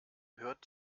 hört